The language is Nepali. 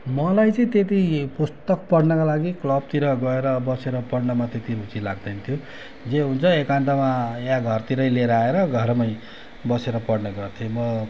मलाई चाहिँ त्यति पुस्तक पढ्नका लागि क्लबतिर गएर बसेर पढ्नमा त्यति रुचि लाग्दैन्थ्यो जे हुन्छ एकान्तमा या घरतिरै लिएर आएर घरमै बसेर पढ्ने गर्थेँ म